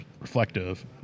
reflective